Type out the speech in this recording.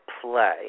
play